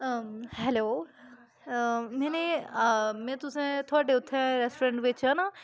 hello मैनें में तुसें थुआढ़े उत्थै रेस्टोरेंट बिच्चा नां